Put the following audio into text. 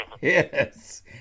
Yes